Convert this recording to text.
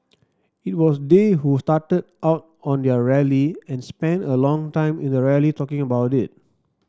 it was they who started out on their rally and spent a long time in the rally talking about it